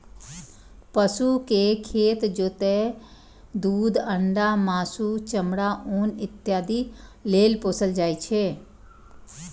पशु कें खेत जोतय, दूध, अंडा, मासु, चमड़ा, ऊन इत्यादि लेल पोसल जाइ छै